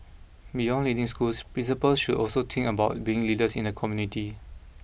beyond leading schools principals should also think about being leaders in the community